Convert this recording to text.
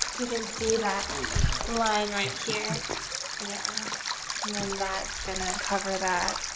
you can see that line right here yeah and then that's gonna cover that